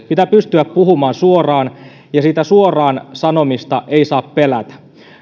pitää pystyä puhumaan suoraan ja sitä suoraan sanomista ei saa pelätä